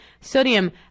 sodium